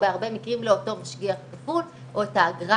או בהרבה מקרים לאותו משגיח מחו"ל או את האגרה